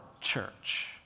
church